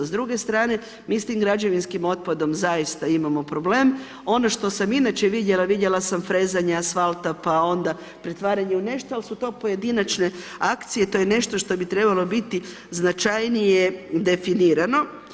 S druge strane mi s tim građevinskim otpadom, zaista imamo problem, ono što sam inače vidjela, vidjela sam frezanje asfalta, pa onda pretvaranje u nešto, ali to su pojedinačne akcije, to je nešto što bi trebalo biti značajnije definirano.